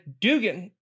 Dugan